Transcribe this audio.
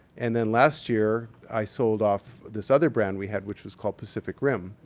and then last year, i sold off this other brand we had, which was called pacific rim.